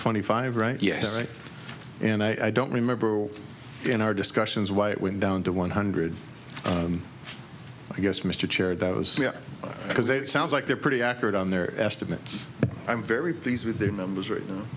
twenty five right yesterday and i don't remember in our discussions why it went down to one hundred i guess mr chair that was because it sounds like they're pretty accurate on their estimates i'm very pleased with their numbers right now